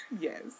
Yes